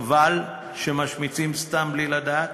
חבל שמשמיצים סתם בלי לדעת,